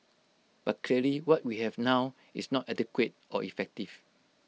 but clearly what we have now is not adequate or effective